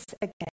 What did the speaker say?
again